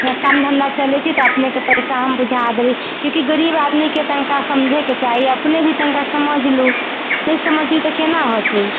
कामधन्धा चलैत छै तऽ अपनेके पैसा हम बुझा देबै किआकि गरीब आदमीके तनिका समझेके चाही अपने भी तनिके समझि लु नहि समझतै तऽ केना होतै